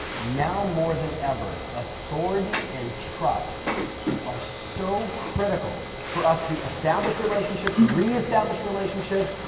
now more than ever, authority and trust are so critical for us to establish relationships, reestablish relationships,